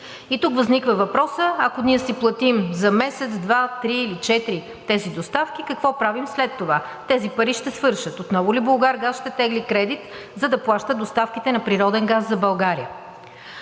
И тук възниква въпросът: ако ние си платим за месец, два, три или четири тези доставки, какво правим след това? Тези пари ще свършат. Отново ли „Булгаргаз“ ще тегли кредит, за да плаща доставките на природен газ за България?